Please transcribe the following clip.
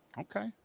Okay